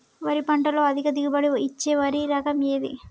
వరి పంట లో అధిక దిగుబడి ఇచ్చే వరి రకం ఏది?